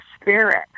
spirit